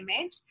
image